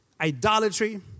idolatry